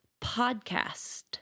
podcast